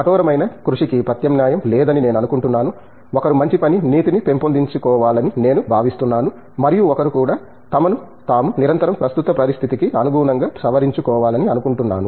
కటోరమైన కృషికి ప్రత్యామ్నాయం లేదని నేను అనుకుంటున్నాను ఒకరు మంచి పని నీతిని పెంపొందించుకోవాలని నేను భావిస్తున్నాను మరియు ఒకరు కూడా తమను తాము నిరంతరం ప్రస్తుత పరిస్థితికి అనుగుణంగా సవరించు కోవాలని అనుకుంటున్నాను